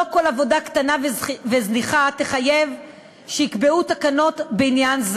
לא כל עבודה קטנה וזניחה תחייב קביעת תקנות בעניין.